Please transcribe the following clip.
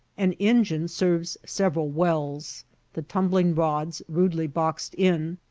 an engine serves several wells the tumbling-rods, rudely boxed in,